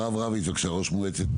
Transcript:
הרב רביץ בבקשה, ראש מועצת